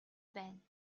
байна